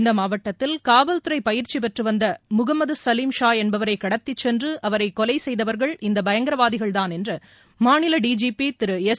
இந்த மாவட்டத்தில் காவல்துறை பயிற்சி பெற்று வந்த முகமது சலீம் ஷா என்பவரை கடத்திச் சென்று அவரை கொலை செய்தவர்கள் இந்த பயங்கரவாதிகள்தான் என்று மாநில டிஜிபி திரு எஸ்